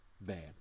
bad